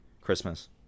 Christmas